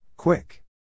Quick